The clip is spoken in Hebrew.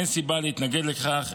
אין סיבה להתנגד לכך.